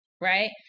right